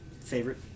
favorite